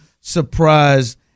surprised